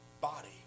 body